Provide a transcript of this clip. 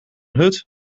hut